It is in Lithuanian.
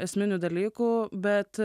esminių dalykų bet